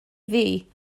ddu